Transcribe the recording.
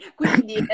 quindi